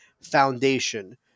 foundation